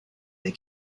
they